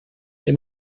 they